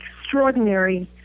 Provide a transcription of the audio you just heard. extraordinary